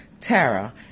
Tara